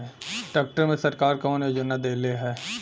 Tractor मे सरकार कवन योजना देले हैं?